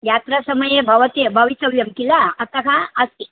यत्र समये भवते भवितव्यं किल अतः अस्ति